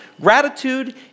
Gratitude